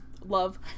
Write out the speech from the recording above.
Love